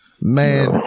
Man